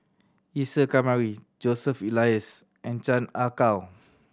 Isa Kamari Joseph Elias and Chan Ah Kow